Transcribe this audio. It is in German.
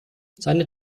seine